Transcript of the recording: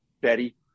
Betty